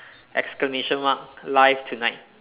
exclamation mark live tonight